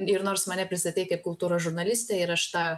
ir nors mane pristatei kaip kultūros žurnalistę ir aš tą